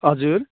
हजुर